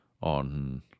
on